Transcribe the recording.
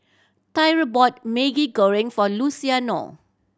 Tyreek bought Maggi Goreng for Luciano